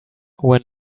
when